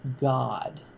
God